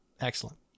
Excellent